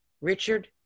Richard